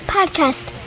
Podcast